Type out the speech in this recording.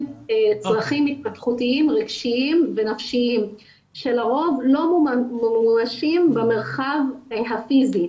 צרכים התפתחותיים רגשיים ונפשיים שלרוב לא ממומשים במרחב הפיזי.